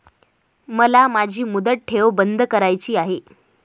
मला माझी मुदत ठेव बंद करायची आहे